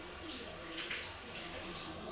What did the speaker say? ya